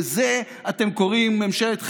לזה אתם קוראים ממשלת חירום?